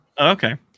Okay